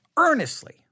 earnestly